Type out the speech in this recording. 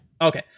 Okay